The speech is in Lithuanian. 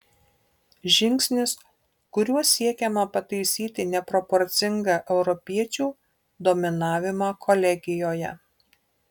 žingsnis kuriuo siekiama pataisyti neproporcingą europiečių dominavimą kolegijoje